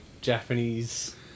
Japanese